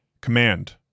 Command